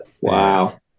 Wow